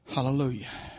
Hallelujah